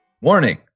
Warning